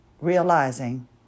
realizing